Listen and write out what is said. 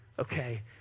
okay